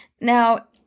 Now